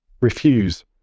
Refuse